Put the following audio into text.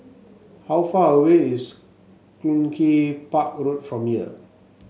how far away is Cluny Park Road from here